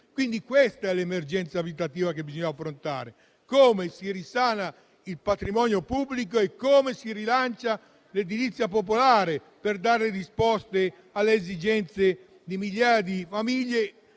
Questa è l'emergenza abitativa che bisogna affrontare: come si risana il patrimonio pubblico e come si rilancia l'edilizia popolare per dare risposte alle esigenze di migliaia di famiglie